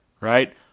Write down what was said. right